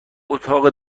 اتاق